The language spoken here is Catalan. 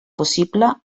possible